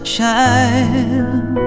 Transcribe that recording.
child